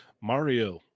Mario